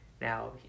Now